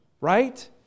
Right